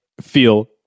feel